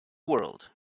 world